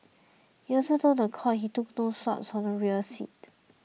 he also told the court that he took no swabs from the rear seat